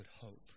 hope